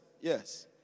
Yes